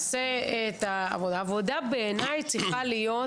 עבודה בעיניי צריכה להיות,